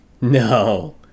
No